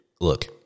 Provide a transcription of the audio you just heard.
Look